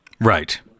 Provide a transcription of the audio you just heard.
Right